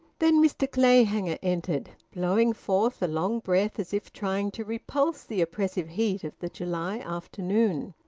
then mr clayhanger entered, blowing forth a long breath as if trying to repulse the oppressive heat of the july afternoon.